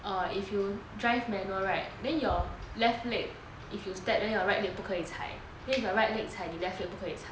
err if you drive manual right then your left leg if you step then your right leg 不可以踩 then if your right leg 踩 your left leg 不可以踩